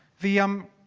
the um.